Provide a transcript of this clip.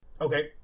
Okay